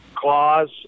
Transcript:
clause